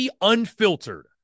Unfiltered